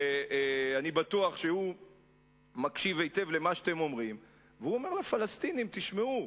אני בטוח שהוא מקשיב היטב למה שאתם אומרים והוא אומר לפלסטינים: תשמעו,